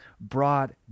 brought